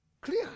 clear